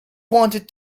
wanted